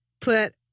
put